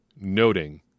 noting